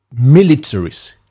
militaries